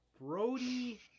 Brody